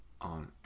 on